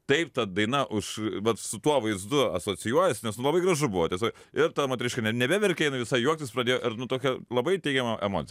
taip ta daina už vat su tuo vaizdu asocijuojasi nes nu labai gražu buvo tiesiog ir ta moteriškė ne nebeverkė jinai visa juoktis pradėjo ir nu tokia labai teigiama emocija